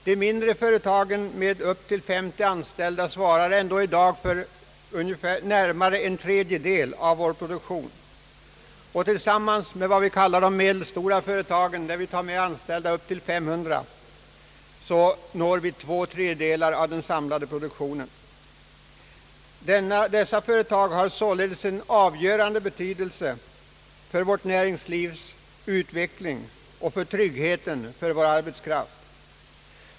De mindre företagen med upp till 50 anställda svarar ändå i dag för närmare en tredjedel av vår produktion och uppnår tillsammans med vad vi kallar medelstora företag -— med upp till 500 anställda — ungefär två tredjedelar av den samlade produktionen. Dessa företag har således en avgörande betydelse för vårt näringslivs utveckling och för tryggheten för vår arbetskraft.